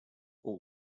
all